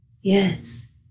Yes